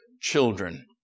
children